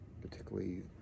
particularly